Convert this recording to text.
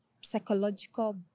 psychological